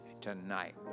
tonight